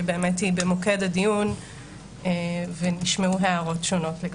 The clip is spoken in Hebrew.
שבאמת היא במוקד הדיון ונשמעו הערות שונות לגביו.